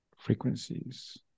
frequencies